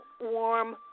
warm